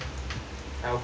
I will go over